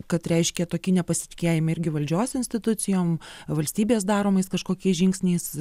kad reiškia tokie nepasitikėjimai irgi valdžios institucijom valstybės daromais kažkokiais žingsniais